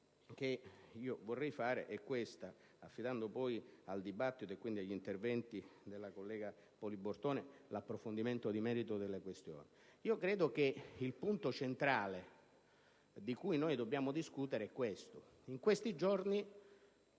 considerazione, affidando poi al dibattito e quindi all'intervento della collega Poli Bortone l'approfondimento di merito delle questioni. Credo che il punto centrale di cui dobbiamo discutere sia il seguente. In questi giorni